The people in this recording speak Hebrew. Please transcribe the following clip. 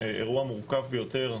אירוע מורכב ביותר,